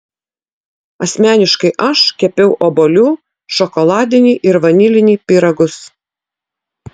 asmeniškai aš kepiau obuolių šokoladinį ir vanilinį pyragus